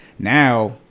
now